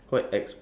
mm